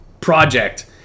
project